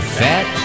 fat